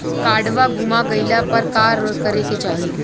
काडवा गुमा गइला पर का करेके चाहीं?